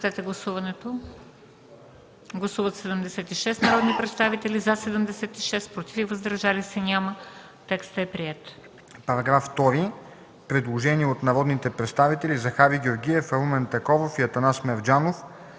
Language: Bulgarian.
По § 5 – предложение от народните представители Захари Георгиев, Румен Такоров и Атанас Мерджанов: